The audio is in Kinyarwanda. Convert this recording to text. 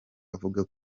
avuga